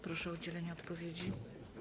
Proszę o udzielenie odpowiedzi.